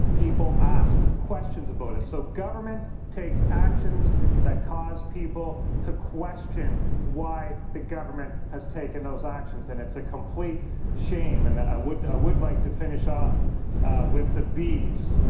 people ask questions about it. so government takes actions that cause people to question why the government has taken those actions. and it's a complete shame. and i would would like to finish off with the bees.